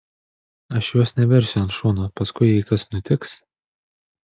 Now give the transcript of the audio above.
aš jos neversiu ant šono paskui jei kas nutiks